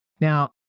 Now